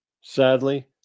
Sadly